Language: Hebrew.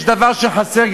יש דבר שחסר,